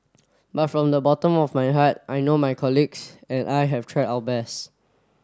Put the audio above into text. but from the bottom of my heart I know my colleagues and I have tried our best